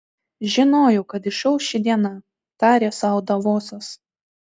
žinojau kad išauš ši diena tarė sau davosas